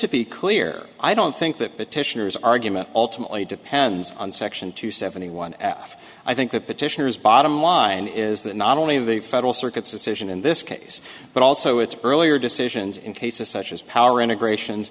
to be clear i don't think that petitioners argument ultimately depends on section two seventy one off i think the petitioners bottom line is that not only the federal circuit's decision in this case but also its earlier decisions in cases such as power integrations